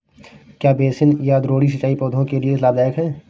क्या बेसिन या द्रोणी सिंचाई पौधों के लिए लाभदायक है?